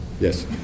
Yes